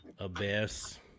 Abyss